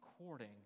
according